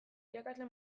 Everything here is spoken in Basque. irakasle